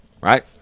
right